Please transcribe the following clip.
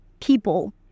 people